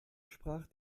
sprach